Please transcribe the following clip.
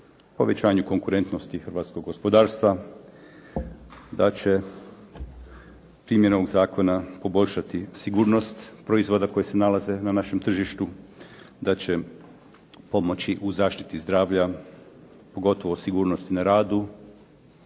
povećanju konkurentnosti hrvatskog gospodarstva da će primjenom zakona poboljšati sigurnost proizvoda koji se nalaze na našem tržištu, da će pomoći u zaštiti zdravlja pogotovo sigurnosti na radu,